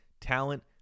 talent